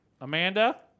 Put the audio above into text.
Amanda